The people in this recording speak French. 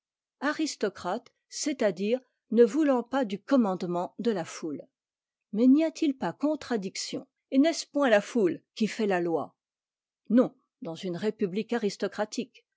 aristocrate c'est-à-dire ne voulant pas du commandement de la foule mais n'y a-t-il pas contradiction et n'est-ce point la foule qui fait la loi non dans une république aristocratique